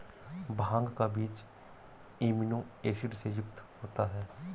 भांग का बीज amino acid से युक्त होता है